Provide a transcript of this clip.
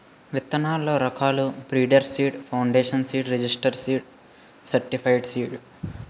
విత్తనాల్లో రకాలు breeder seed, foundation seed, registered seed, certified seed